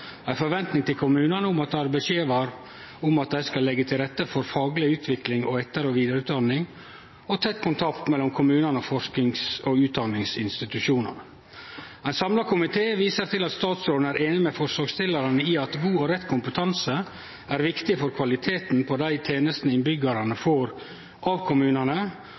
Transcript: ei forventning til kommunen som arbeidsgjevar om at han skal leggje til rette for fagleg utvikling og etter- og vidareutdanning tett kontakt mellom kommunane og forskings- og utdanningsinstitusjonane Ein samla komité viser til at statsråden er einig med forslagsstillarane i at god og rett kompetanse er viktig for kvaliteten på dei tenestene innbyggjarane får av kommunane,